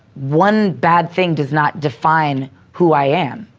one bad thing does not define who i am.